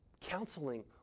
counseling